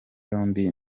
yombi